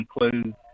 include